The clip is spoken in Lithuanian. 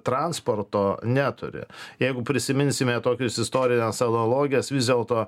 transporto neturi jeigu prisiminsime tokius istorines analogijas vis dėlto